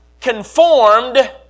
conformed